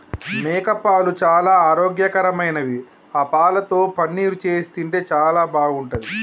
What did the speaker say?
మేకపాలు చాలా ఆరోగ్యకరమైనవి ఆ పాలతో పన్నీరు చేసి తింటే చాలా బాగుంటది